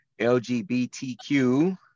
lgbtq